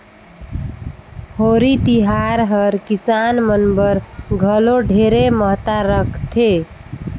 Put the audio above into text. होरी तिहार हर किसान मन बर घलो ढेरे महत्ता रखथे